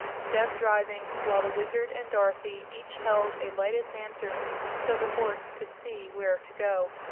zeb driving while the wizard and dorothy each held a lighted lantern so the horse could see where to go.